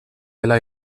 dela